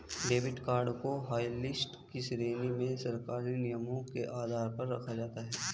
debit card को hotlist की श्रेणी में सरकारी नियमों के आधार पर रखा जाता है